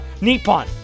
Nippon